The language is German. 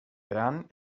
bern